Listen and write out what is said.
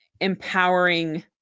empowering